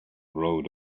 rode